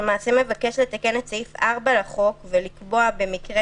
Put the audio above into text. שלמעשה מבקש לתקן את סעיף 4 לחוק ולקבוע במקרה